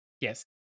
yes